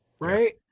right